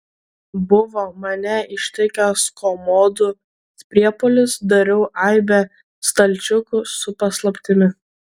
buvo mane ištikęs komodų priepuolis dariau aibę stalčiukų su paslaptimi